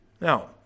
Now